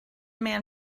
man